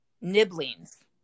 Nibblings